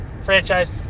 franchise